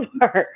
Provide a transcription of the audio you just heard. work